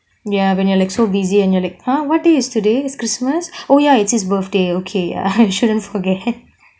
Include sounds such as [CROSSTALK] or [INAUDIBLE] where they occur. ya when you are like so busy and you are like !huh! what day is today is christmas oh ya it's his birthday okay I shouldn't forget [LAUGHS]